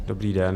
Dobrý den.